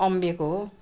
अमब्योक हो